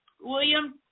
William